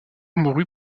mourut